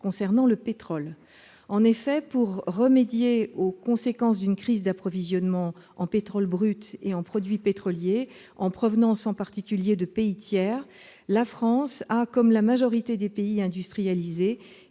en pétrole. En effet, pour remédier aux conséquences d'une crise d'approvisionnement en pétrole brut et en produits pétroliers, en provenance en particulier de pays tiers, la France a, comme la majorité des pays industrialisés,